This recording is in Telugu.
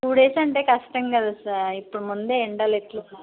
టూ డేస్ అంటే కష్టం కదా సార్ ఇప్పుడు ముందే ఎండలు ఎట్లున్నాయి